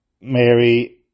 Mary